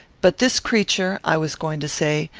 but this creature, i was going to say,